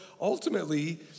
ultimately